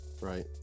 Right